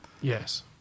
Yes